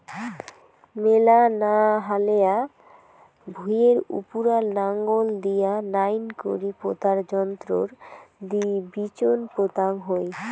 মেলা না হালেয়া ভুঁইয়ের উপুরা নাঙল দিয়া নাইন করি পোতা যন্ত্রর দি বিচোন পোতাং হই